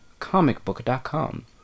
comicbook.com